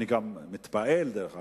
אני גם מתפעל, דרך אגב,